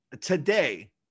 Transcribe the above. Today